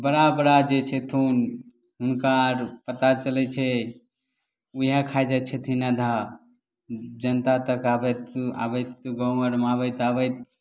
बड़ा बड़ा जे छथुन हुनका आर पता चलैत छै ओएह खाय जाइ छथिन आधा जनता तक आबैत आबैत गाँव घरमे आबैत आबैत